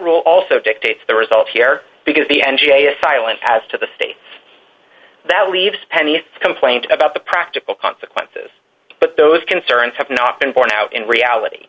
rule also dictates the result here because the n g a a silent as to the state that leaves any complaint about the practical consequences but those concerns have not been borne out in reality